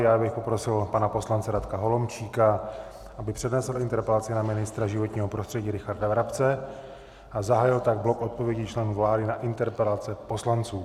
A já bych poprosil pana poslance Radka Holomčíka, aby přednesl interpelaci na ministra životního prostředí Richarda Brabce, a zahájil tak blok odpovědí členů vlády na interpelace poslanců.